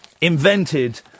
invented